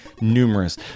numerous